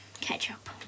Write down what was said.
ketchup